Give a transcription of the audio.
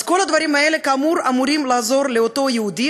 אז כל הדברים האלה כאמור אמורים לעזור לאותו יהודי